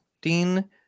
Dean